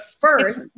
first